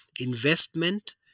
investment